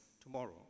tomorrow